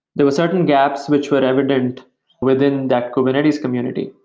there were certain gaps which were evident within that kubernetes community.